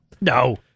No